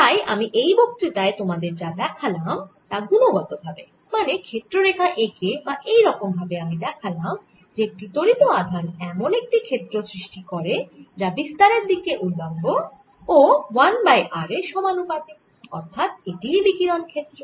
তাই আমি এই বক্তৃতায় তোমাদের যা দেখালাম তা গুণগত ভাবে মানে ক্ষেত্র রেখা এঁকে বা এই রকম ভাবে আমি দেখালাম যে একটি ত্বরিত আধান এমন একটি ক্ষেত্র সৃষ্টি করে যা বিস্তারের দিকের উল্লম্ব ও 1 বাই r এর সমানুপাতিক অর্থাৎ এটিই বিকিরণ ক্ষেত্র